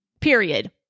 Period